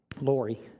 Lori